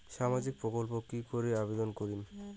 সামাজিক প্রকল্পত কি করি আবেদন করিম?